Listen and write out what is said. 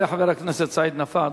תודה לחבר הכנסת סעיד נפאע.